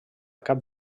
cap